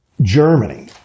Germany